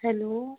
hello